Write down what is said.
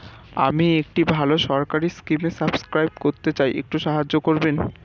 আমি একটি ভালো সরকারি স্কিমে সাব্সক্রাইব করতে চাই, একটু সাহায্য করবেন?